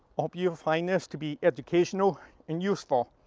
hope you find this to be educational and useful.